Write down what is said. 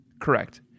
Correct